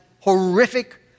horrific